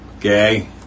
Gay